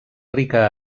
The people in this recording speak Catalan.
rica